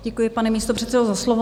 Děkuji, pane místopředsedo, za slovo.